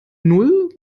null